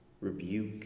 rebuke